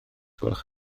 gwelwch